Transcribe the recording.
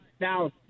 Now